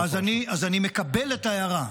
אז אני מקבל את ההערה.